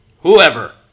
whoever